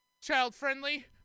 child-friendly